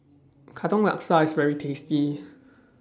Katong Laksa IS very tasty